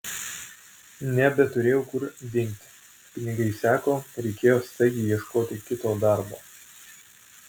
nebeturėjau kur dingti pinigai seko reikėjo staigiai ieškoti kito darbo